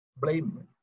Blameless